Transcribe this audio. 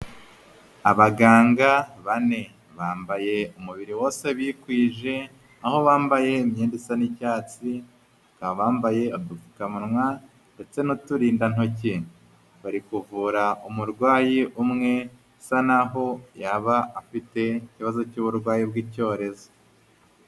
Abaganga bane bambaye umubiri wose bikwije aho bambaye imyenda isa n'icyatsi, bakaba bambaye udupfukamunwa ndetse n'uturindantoki, bari kuvura umurwayi umwe usa naho yaba afite ikibazo cy'uburwayi bw'icyorezo.